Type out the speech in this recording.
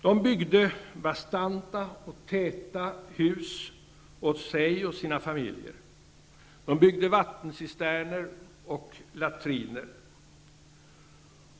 De byggde bastanta och täta hus åt sig och sina familjer. De byggde vattencisterner och latriner.